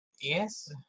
Yes